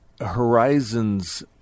horizon's